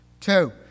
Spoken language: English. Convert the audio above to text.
two